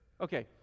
Okay